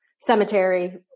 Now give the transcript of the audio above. cemetery